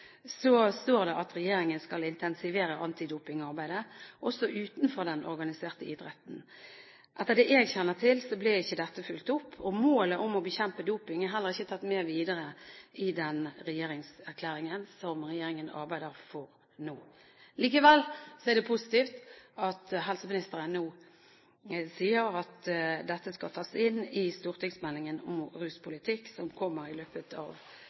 står det at regjeringen skal intensivere antidopingarbeidet, også utenfor den organiserte idretten. Etter det jeg kjenner til, ble ikke dette fulgt opp, og målet om å bekjempe doping er heller ikke tatt med videre i den regjeringserklæringen som regjeringen arbeider etter nå. Likevel er det positivt at helseministeren nå sier at dette skal tas inn i stortingsmeldingen om ruspolitikk som kommer i løpet av